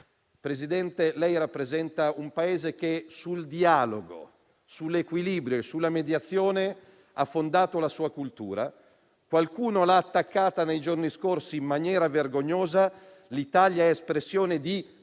Consiglio, lei rappresenta un Paese che sul dialogo, sull'equilibrio e sulla mediazione ha fondato la sua cultura; qualcuno l'ha attaccata nei giorni scorsi in maniera vergognosa. L'Italia è espressione di